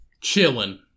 Chilling